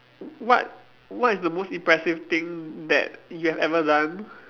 what what is the most impressive thing that you have ever done